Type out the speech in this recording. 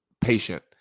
Patient